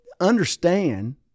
understand